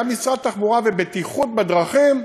גם משרד התחבורה והבטיחות בדרכים,